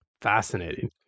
Fascinating